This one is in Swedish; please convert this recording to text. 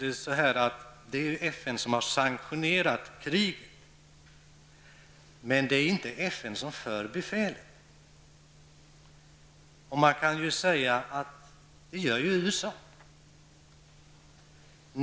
Det är ju FN som har sanktionerat kriget, men det är inte FN som för befälet. Man kan ju säga att det gör USA.